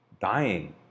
dying